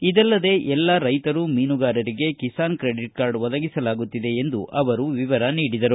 ಇದಲ್ಲದೆ ಎಲ್ಲಾ ರೈತರು ಮೀನುಗಾರರಿಗೆ ಕಿಸಾನ್ ಕ್ರೆಡಿಟ್ ಕಾರ್ಡ್ ಒದಗಿಸಲಾಗುತ್ತಿದೆ ಎಂದು ಅವರು ವಿವರ ನೀಡಿದರು